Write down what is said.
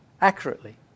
accurately